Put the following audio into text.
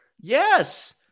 Yes